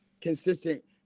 consistent